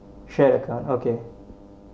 shared account okay